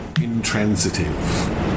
intransitive